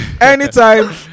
anytime